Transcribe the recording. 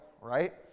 Right